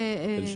בערים.